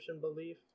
belief